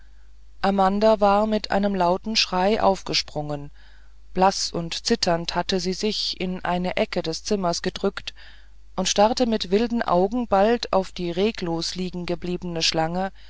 amanda war mit einem lauten schrei aufgesprungen blaß und zitternd hatte sie sich in eine ecke des zimmers gedrückt und starrte mit wilden augen bald auf die regungslos liegen gebliebene schlange